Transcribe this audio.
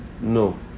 No